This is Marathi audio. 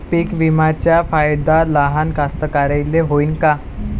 पीक विम्याचा फायदा लहान कास्तकाराइले होईन का?